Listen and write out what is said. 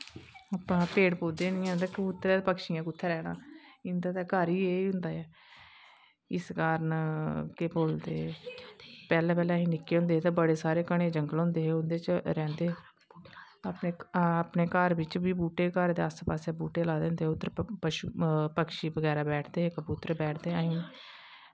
पेड़ पौधे गै नी हैन त कबूतरैं ते पक्षियैं कुत्थें रैह्नां इंदा ते घर गै इयै होंदा ऐ इस कारण केह् बोलदे पैह्लैं पैह्लैं अस निक्के होंदे हे ते बड़े घनें जंगल होंदे हे ते उंदे च रैंह्दे हे अपने घर बी अपनें घर दे आस्सै पास्सै बी बूह्टे लाए दे होंदे हे उध्दर पक्षी बगैरा बैठदे हे कबूतर बैठदे हे